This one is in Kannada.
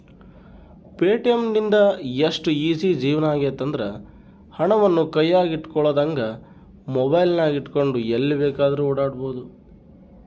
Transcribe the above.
ಪೆಟಿಎಂ ಲಿಂದ ಎಷ್ಟು ಈಜೀ ಜೀವನವಾಗೆತೆಂದ್ರ, ಹಣವನ್ನು ಕೈಯಗ ಇಟ್ಟುಕೊಳ್ಳದಂಗ ಮೊಬೈಲಿನಗೆಟ್ಟುಕೊಂಡು ಎಲ್ಲಿ ಬೇಕಾದ್ರೂ ಓಡಾಡಬೊದು